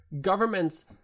Governments